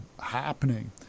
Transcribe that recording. happening